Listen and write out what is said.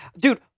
dude